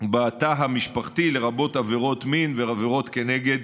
בתא המשפחתי, לרבות עבירות מין ועבירות כנגד